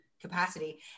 capacity